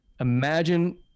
imagine